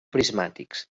prismàtics